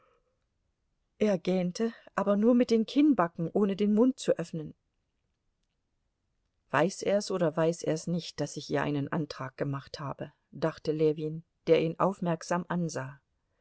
er gähnte aber nur mit den kinnbacken ohne den mund zu öffnen weiß er's oder weiß er's nicht daß ich ihr einen antrag gemacht habe dachte ljewin der ihn aufmerksam ansah